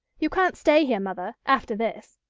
you can't stay here, mother, after this,